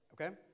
Okay